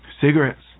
cigarettes